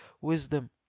wisdom